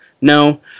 No